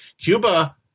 Cuba